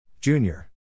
Junior